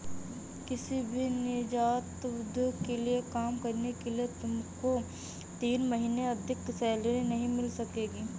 किसी भी नीजात उद्योग के लिए काम करने से तुमको तीन महीने से अधिक सैलरी नहीं मिल सकेगी